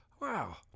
Wow